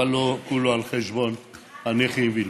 אבל לא כולו על חשבון הנכים בלבד.